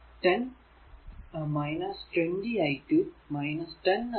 10 20 i2 8 i2 3